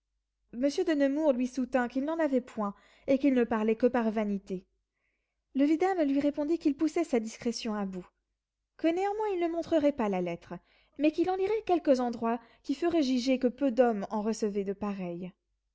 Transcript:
monsieur de nemours lui soutint qu'il n'en avait point et qu'il ne parlait que par vanité le vidame lui répondit qu'il poussait sa discrétion à bout que néanmoins il ne montrerait pas la lettre mais qu'il en lirait quelques endroits qui feraient juger que peu d'hommes en recevaient de pareilles